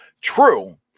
true